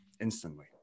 instantly